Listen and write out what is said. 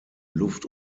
luft